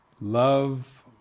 Love